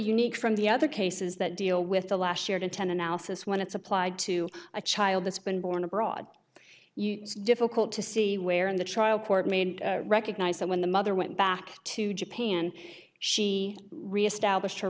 unique from the other cases that deal with the last year to ten analysis when it's applied to a child that's been born abroad you difficult to see where in the trial court made recognized that when the mother went back to japan she reestablish